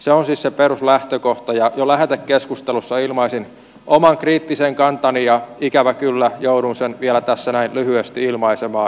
se on siis se peruslähtökohta ja jo lähetekeskustelussa ilmaisin oman kriittisen kantani ja ikävä kyllä joudun sen vielä tässä näin lyhyesti ilmaisemaan